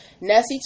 Nessie